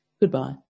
Goodbye